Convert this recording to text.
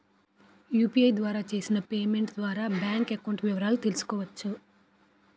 UPI ద్వారా చేసిన payment ద్వారా బ్యాంక్ అకౌంట్ వివరాలు తెలుసుకోవచ్చ?